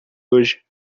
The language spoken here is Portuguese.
hoje